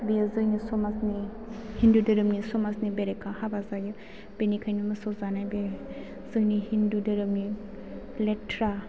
बेयो जोंनि समाजनि हिन्दु धोरोमनि समाजनि बेरेखा हाबा जायो बेनिखायनो मोसौ जानाय बे जोंनि हिन्दु धोरोमनि लेथ्रा